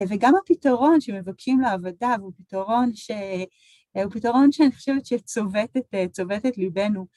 וגם הפתרון שמבקשים לעבודה הוא פתרון שאני חושבת שצובט את ליבנו.